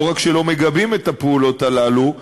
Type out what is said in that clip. לא רק שלא מגבים את הפעולות הללו,